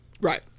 Right